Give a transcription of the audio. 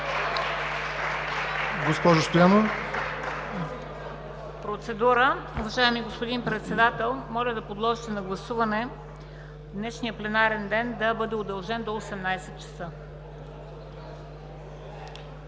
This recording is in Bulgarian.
МЕНДА СТОЯНОВА: Процедура. Уважаеми господин Председател, моля да подложите на гласуване днешният пленарен ден да бъде удължен до 18,00 ч.